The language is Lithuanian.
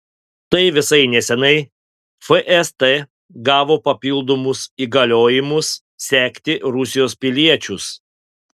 štai visai neseniai fst gavo papildomus įgaliojimus sekti rusijos piliečius